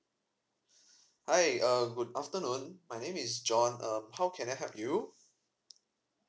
hi err good afternoon my name is john um how can I help you